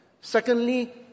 Secondly